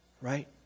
right